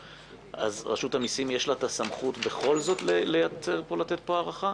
אז לרשות המיסים יש את הסמכות בכל זאת להיעתר ולתת פה הארכה?